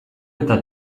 eta